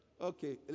Okay